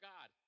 God